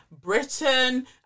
Britain